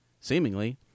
seemingly